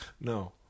No